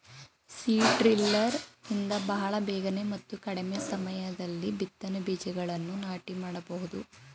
seed driller ಇಂದ ಬಹಳ ಬೇಗನೆ ಮತ್ತು ಕಡಿಮೆ ಸಮಯದಲ್ಲಿ ಬಿತ್ತನೆ ಬೀಜಗಳನ್ನು ನಾಟಿ ಮಾಡಬೋದು